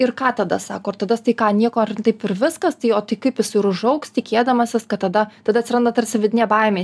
ir ką tada sako tai ką nieko taip ir viskas tai o tai kaip jis ir užaugs tikėdamasis kad tada tada atsiranda tarsi vidinė baimė